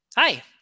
Hi